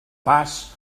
pas